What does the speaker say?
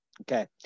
Okay